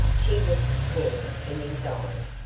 she looked full in his eyes,